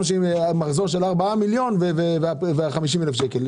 עם מחזור של 4 מיליון עם 50,000 שקל.